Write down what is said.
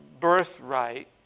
birthright